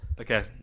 Okay